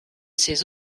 ses